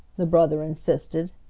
the brother insisted.